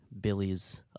Billy's